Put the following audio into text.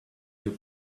your